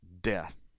death